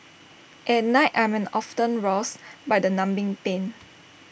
at night I am often roused by the numbing pain